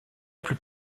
plus